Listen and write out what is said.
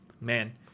man